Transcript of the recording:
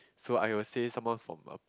so I will say someone from a